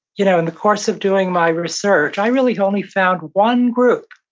you know in the course of doing my research, i really only found one group,